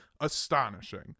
astonishing